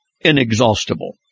inexhaustible